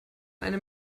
einem